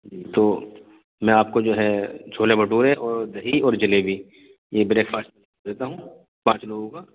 جی تو میں آپ کو جو ہے چھولے بھٹورے اور دہی اور جلیبی یہ بریک فاسٹ دیتا ہوں پانچ لوگوں کا